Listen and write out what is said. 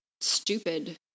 stupid